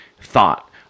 thought